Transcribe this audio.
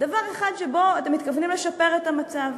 דבר אחד שבו אתם מתכוונים לשפר את המצב.